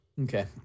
Okay